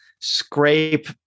scrape